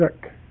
check